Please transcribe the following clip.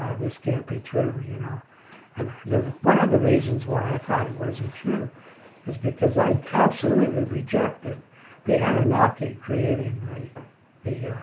this can't be true, you know and one of the reasons why i thought it wasn't true is because i absolutely rejected the anunnaki creating the the